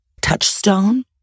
touchstone